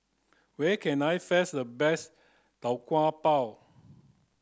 where can I the best tau kwa pau